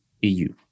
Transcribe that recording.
EU